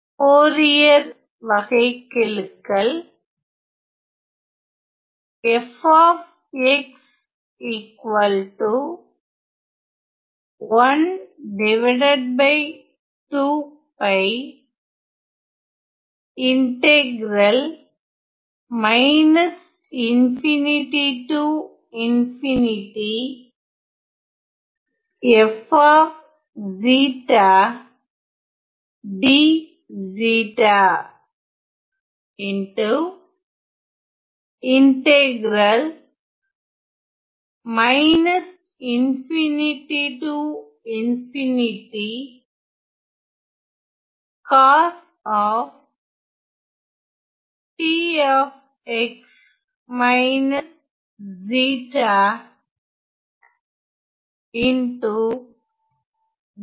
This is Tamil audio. ஃபோரியர் வகைக்கெழுக்கள் e